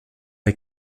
les